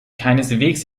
keineswegs